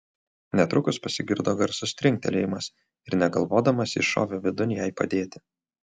netrukus pasigirdo garsus trinktelėjimas ir negalvodamas jis šovė vidun jai padėti